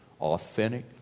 authentic